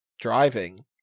driving